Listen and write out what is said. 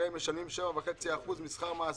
הרי הן משלמות 7.5% משכר המעסיקים.